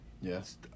Yes